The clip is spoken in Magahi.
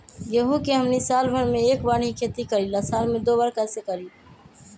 गेंहू के हमनी साल भर मे एक बार ही खेती करीला साल में दो बार कैसे करी?